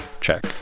check